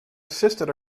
assisted